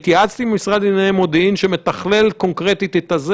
אני מברך את משרד הבריאות בקידום הדיון וקבלת ההחלטה הזאת.